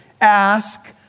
Ask